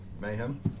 Mayhem